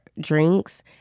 drinks